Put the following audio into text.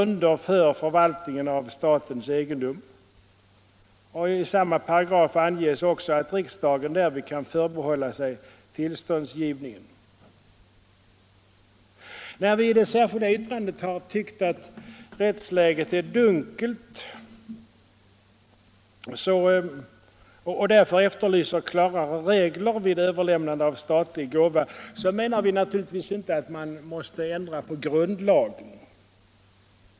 När vi som står bakom det särskilda yttrandet E har tyckt att rättsläget är dunkelt och därför efterlyser klarare regler vid överlämnande av statlig gåva, menar vi naturligtvis inte att man måste ändra på grundlagen.